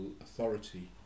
authority